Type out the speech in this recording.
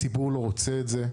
הציבור לא רוצה את זה.